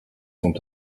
sont